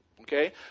Okay